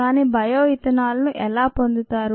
కానీ bio ethanol ను ఎలా పొందుతారు